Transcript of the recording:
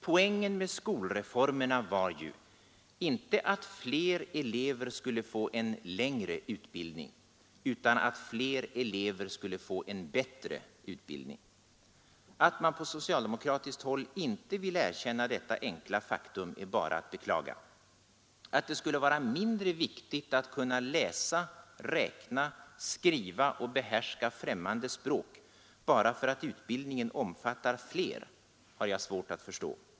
Poängen med skolreformerna var ju inte att fler elever skulle få en längre utbildning utan att fler elever skulle få en bättre utbildning. Att man på socialdemokratiskt håll inte vill erkänna detta enkla faktum är bara att beklaga. Att det skulle vara mindre viktigt att kunna läsa, räkna, skriva och behärska främmande språk bara för att utbildningen omfattar fler, har jag svårt att förstå.